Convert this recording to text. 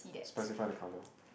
specify the color